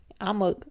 i'ma